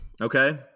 okay